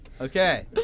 Okay